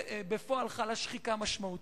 בפועל, חלה שחיקה משמעותית.